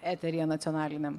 eteryje nacionaliniam